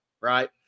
right